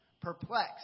perplexed